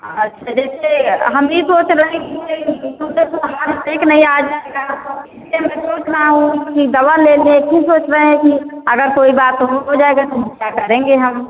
अच्छा जैसे हम ई सोच रहे आ जाएगा इसलिए मैं सोच रहा हूँ कि दवा ले लें फिर सोच रहे हैं कि अगर कोई बात हो जाएगा तो क्या करेंगे हम